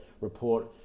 report